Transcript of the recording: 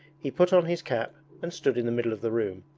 he put on his cap and stood in the middle of the room.